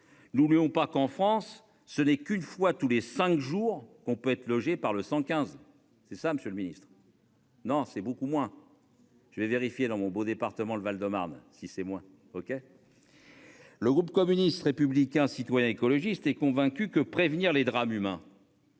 Nous voulions pas qu'en France ce n'est qu'une fois tous les cinq jours qu'on peut être logées par le 115 c'est ça. Monsieur le Ministre. Non, c'est beaucoup moins. Je vais vérifier dans mon beau département, le Val-de-Marne, si c'est moins OK. Le groupe communiste, républicain, citoyen et écologiste est convaincu que prévenir les drames humains.